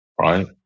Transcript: Right